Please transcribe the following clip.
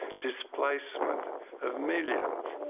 displacement of millions.